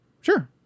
Sure